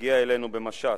שהגיעה אלינו במשט.